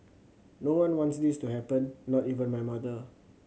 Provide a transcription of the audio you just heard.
no one wants this to happen not even my mother